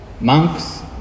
monks